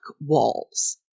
walls